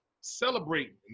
celebrating